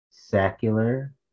Secular